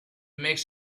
makes